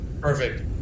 Perfect